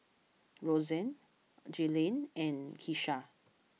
Rozanne Jailene and Kesha